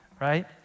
Right